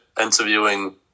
interviewing –